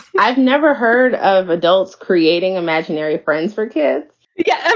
i've never heard of adults creating imaginary friends for kids yeah, and